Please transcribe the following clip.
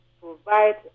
provide